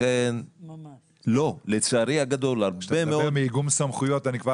כשאני מדבר על איגום סמכויות אני כבר